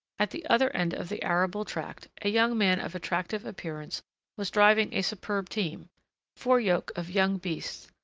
at the other end of the arable tract, a young man of attractive appearance was driving a superb team four yoke of young beasts,